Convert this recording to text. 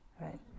right